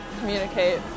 Communicate